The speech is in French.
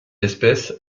espèce